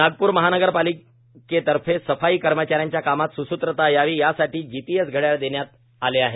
नागपूर महानगरपालिकेतर्फे सफाई कर्मचा यांच्या कामात सुसूत्रता यावी यासाठी जीपीएस घड्याळ देण्यात आल्या आहेत